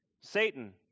satan